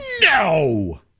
No